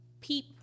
peep